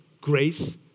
grace